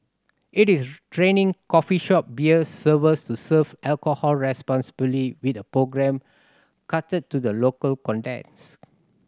it is training coffee shop beer servers to serve alcohol responsibly with a programme catered to the local context